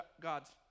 God's